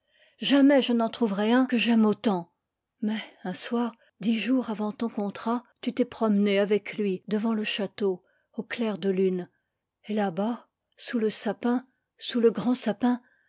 jamais je n'en trouverai un que j'aime autant mais un soir dix jours avant ton contrat tu t'es promenée avec lui devant le château au clair de lune et là-bas sous le sapin sous le grand sapin